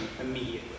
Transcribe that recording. immediately